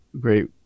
great